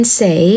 say